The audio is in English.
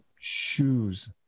shoes